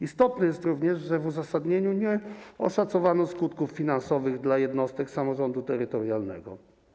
Istotne jest również, że w uzasadnieniu nie oszacowano skutków finansowych dla jednostek samorządu terytorialnego.